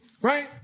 Right